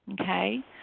okay